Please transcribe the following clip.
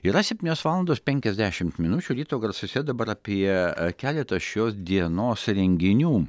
yra septynios valandos penkiasdešimt minučių ryto garsuose dabar apie keletą šios dienos renginių